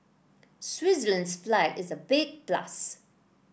Switzerland's flag is a big plus